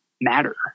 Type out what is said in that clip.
matter